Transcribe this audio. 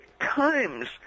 times